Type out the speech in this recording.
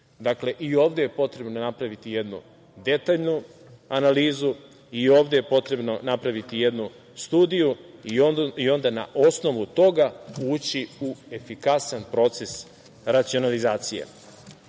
Dakle, i ovde je potrebno napraviti jednu detaljnu analizu, i ovde je potrebno napraviti jednu studiju i onda na osnovu toga ući u efikasan proces racionalizacije.